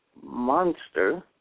monster